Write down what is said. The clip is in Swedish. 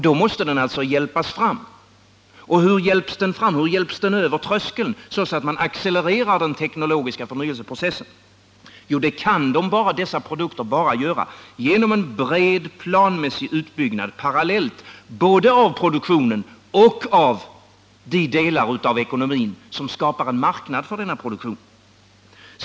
Då måste den alltså hjälpas fram. Och hur hjälps den över tröskeln, så att den tekniska förnyelseprocessen accelererar? Ja, dessa produkter kan bara hjälpas fram genom en parallell, bred planmässig utbyggnad både av produktionen och av de delar av ekonomin som skapar en marknad för denna produktion.